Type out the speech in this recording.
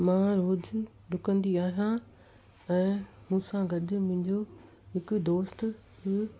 मां रोज डुकंदी आहियां ऐं मूसां गॾु मुंहिंजो हिकु दोस्त बि